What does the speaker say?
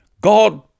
God